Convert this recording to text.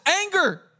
anger